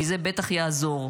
כי זה בטח יעזור,